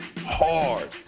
hard